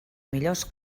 millors